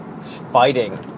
fighting